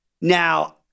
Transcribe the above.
Now